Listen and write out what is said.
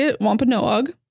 Wampanoag